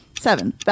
Seven